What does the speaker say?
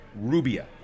Rubia